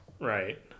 right